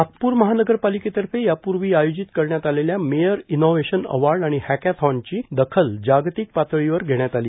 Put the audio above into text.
नागपूर महानगरपालिकेतर्फे यापूर्वी आयोजित करण्यात आलेल्या मेयर इनोव्हेशन अवॉर्ड आणि हॅकॉथॉनची दखल जागतिक पातळीवर घेण्यात आली